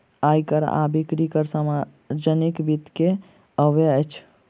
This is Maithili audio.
आय कर आ बिक्री कर सार्वजनिक वित्त के अवयव अछि